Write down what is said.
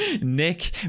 Nick